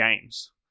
games